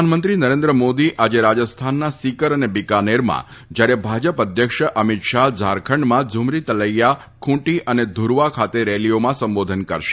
પ્રધાનમંત્રી નરેન્દ્ર મોદી આજે રાજસ્થાનના સીકર અને બીકાનેરમાં જ્યારે ભાજપ અધ્યક્ષ અમિત શાફ ઝારખંડમાં ઝુમરી તલૈથા ખૂંટી અને ધુરવા ખાતે રેલીઓમાં સંબોધન કરશે